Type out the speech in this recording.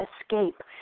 escape